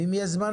ואם יהיה זמן,